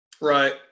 right